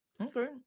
Okay